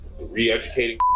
re-educating